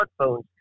smartphones